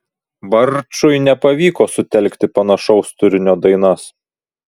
barčui nepavyko sutelkti panašaus turinio dainas